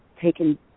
taken